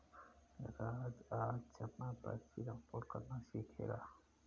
राज आज जमा पर्ची डाउनलोड करना सीखेगा